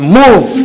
move